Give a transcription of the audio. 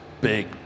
big